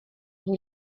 who